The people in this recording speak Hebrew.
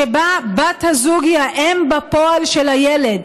שבה בת הזוג היא האם בפועל של הילד,